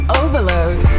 overload